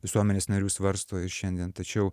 visuomenės narių svarsto ir šiandien tačiau